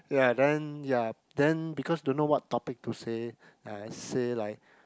ya then ya then because don't know what topic to say ya just say like